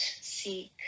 seek